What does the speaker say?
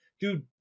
Dude